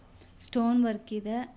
stone work ಇದೆ